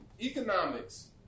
economics